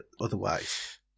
otherwise